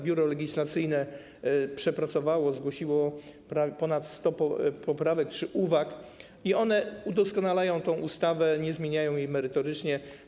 Biuro Legislacyjne przepracowało, zgłosiło ponad 100 poprawek czy uwag i one udoskonalają tę ustawę, nie zmieniają jej merytorycznie.